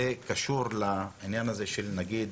זה קשור לעניין הזה של נגיד